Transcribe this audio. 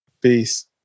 Peace